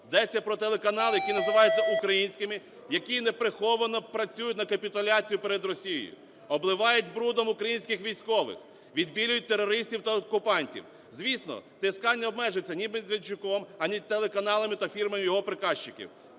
Йдеться про телеканали, які називаються українськими, які неприховано працюють на капітуляцію перед Росією, обливають брудом українських військових, відбілюють терористів та окупантів. Звісно, ТСК не обмежиться ні Медведчуком, ані телеканалами та фірмою його прикажчиків.